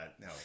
No